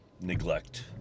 neglect